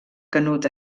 canut